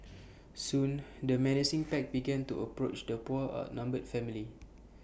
soon the menacing pack began to approach the poor outnumbered family